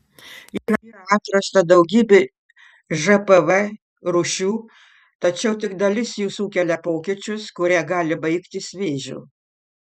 yra atrasta daugybė žpv rūšių tačiau tik dalis jų sukelia pokyčius kurie gali baigtis vėžiu